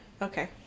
Okay